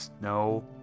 No